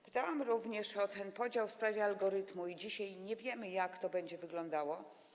Pytałam również o ten podział, o algorytm i dzisiaj nie wiemy, jak to będzie wyglądało.